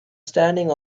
standing